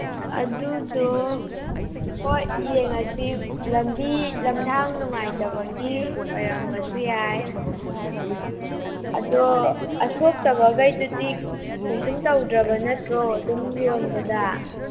ꯑꯗꯨꯗꯣ ꯍꯣꯏ ꯌꯦꯡꯉꯁꯤ ꯂꯝꯕꯤ ꯂꯝꯗꯥꯡ ꯅꯨꯡꯉꯥꯏꯇꯕꯒꯤ ꯑꯣꯏꯔꯝꯕꯁꯨ ꯌꯥꯏ ꯑꯗꯣ ꯑꯁꯣꯛꯇꯕꯃꯈꯩꯗꯨꯗꯤ ꯀꯩꯁꯨ ꯇꯧꯗ꯭ꯔꯕ ꯅꯠꯇ꯭ꯔꯣ ꯑꯗꯨꯝ ꯌꯣꯟꯕꯗ